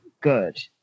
good